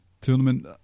tournament